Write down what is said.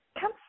Come